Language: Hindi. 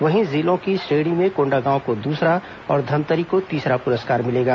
वहीं जिलों के श्रेणी में कोण्डागांव को दूसरा और धमतरी को तीसरा पुरस्कार मिलेगा